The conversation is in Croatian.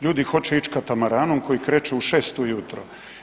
Ljudi hoće ići katamaranom koji kreće u 6 u jutro.